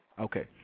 Okay